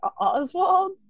Oswald